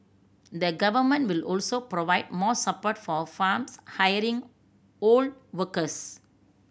the Government will also provide more support for farms hiring old workers